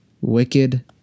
wicked